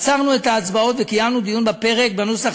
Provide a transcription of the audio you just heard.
עצרנו את ההצבעות וקיימנו דיון בפרק בנוסח